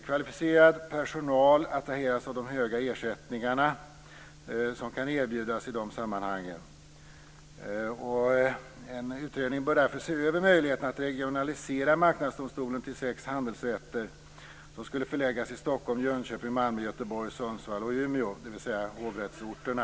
Kvalificerad personal attraheras av de höga ersättningar som kan erbjudas i de sammanhangen. En utredning bör därför se över möjligheterna att regionalisera marknadsdomstolen till sex handelsrätter som skulle förläggas i Stockholm, Jönköping, Malmö, Göteborg, Sundsvall och Umeå, dvs. hovrättsorterna.